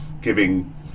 giving